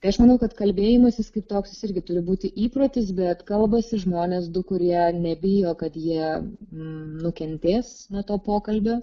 tai aš manau kad kalbėjimasis kaip toks jis irgi turi būti įprotis bet kalbasi žmonės du kurie nebijo kad jie nukentės nuo to pokalbio